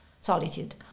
solitude